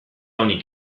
onik